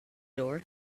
door